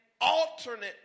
alternate